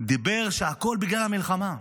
אמר שהכול בגלל המלחמה,